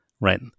right